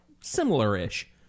similar-ish